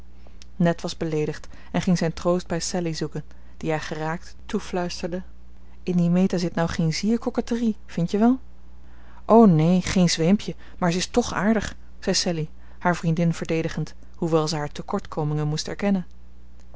ned was beleedigd en ging zijn troost bij sallie zoeken die hij geraakt toefluisterde in die meta zit nou geen zier coquetterie vindt je wel o neen geen zweempje maar ze is tch aardig zei sallie haar vriendin verdedigend hoewel zij haar tekortkomingen moest erkennen